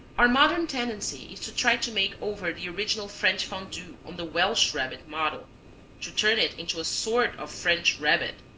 our modern tendency is to try to make over the original french fondue on the welsh rabbit model to turn it into a sort of french rabbit.